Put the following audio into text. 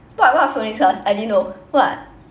what what phonics class I didn't know what